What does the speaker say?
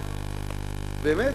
באמת,